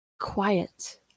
quiet